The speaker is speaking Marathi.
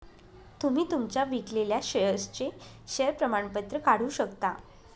तुम्ही तुमच्या विकलेल्या शेअर्सचे शेअर प्रमाणपत्र काढू शकता